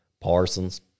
Parsons